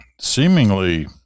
seemingly